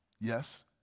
Yes